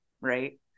right